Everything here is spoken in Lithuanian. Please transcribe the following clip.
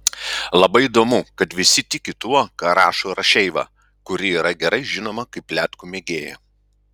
labai įdomu kad visi tiki tuo ką rašo rašeiva kuri yra gerai žinoma kaip pletkų mėgėja